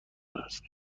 است